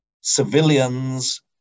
civilians